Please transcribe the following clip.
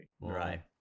Right